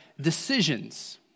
decisions